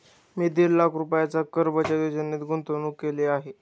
मी दीड लाख रुपयांची कर बचत योजनेत गुंतवणूक केली आहे